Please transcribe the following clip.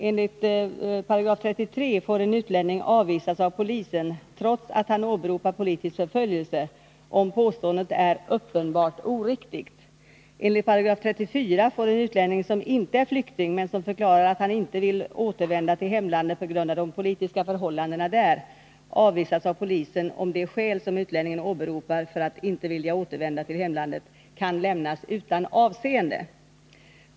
Enligt 33 § får en utlänning avvisas av polisen trots att han åberopar politisk förföljelse, om påståendet är ”uppenbart oriktigt”. Enligt 34 § får en utlänning, som inte är flykting men som förklarar att han inte vill återvända till hemlandet på grund av de politiska förhållandena där, avvisas av polisen om de skäl som utlänningen åberopar för att inte vilja återvända till hemlandet ”kan lämnas utan avseende”.